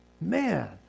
man